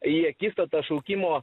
į akistatą šaukimo